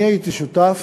אני הייתי שותף